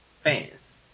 fans